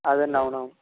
అదే అండి అవునవును